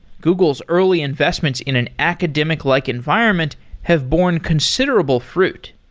google's early investments in an academic-like environment have borne considerable fruit.